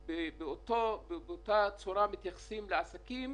לא צריכים להיות אותם קריטריונים